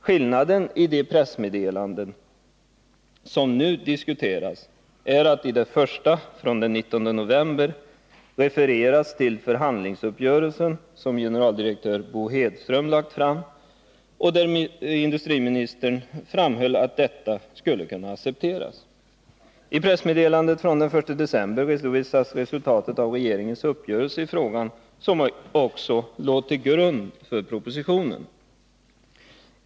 Skillnaderna mellan de pressmeddelanden som nu diskuteras är att man i det första från den 19 november refererar till den förhandlings uppgörelse som generaldirektören Bo Hedström hade lagt fram och i vilken industriministern framhöll att åtgärderna skulle kunna accepteras, medan man i det andra pressmeddelandet från den 1 december redovisar resultatet av regeringens uppgörelse i frågan, vilken uppgörelse också låg till grund för propositionen.